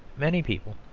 many people,